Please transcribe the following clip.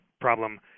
problem